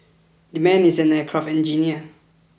the man is an aircraft engineer